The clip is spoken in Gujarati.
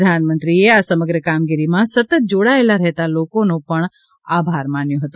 પ્રધાનમંત્રીએ આ સમગ્ર કામગીરીમાં સતત જોડાયેલા રહેતા લોકોનો આભાર માન્યો હતો